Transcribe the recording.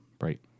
right